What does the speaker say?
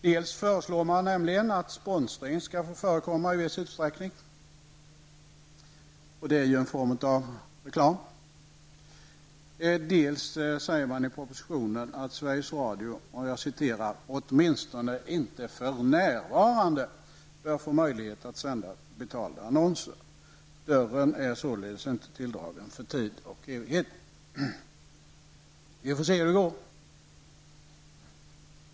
Man föreslår dels att sponsring skall få förekomma i viss utsträckning -- det det är ju en form av reklam --, dels säger man i propositionen att Sveriges Radio ''åtminstone inte för närvarande bör få möjlighet att sända betalda annonser.'' Dörren är således inte tilldragen för tid och evighet. Vi får se hur det går.